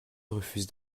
refuse